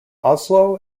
oslo